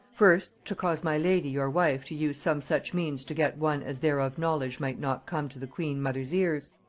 first, to cause my lady your wife to use some such means to get one as thereof knowledge might not come to the queen mother's ears,